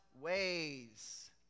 ways